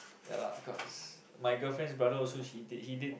ya lah cause my girlfriend's brother also he did he did